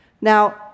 Now